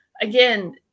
again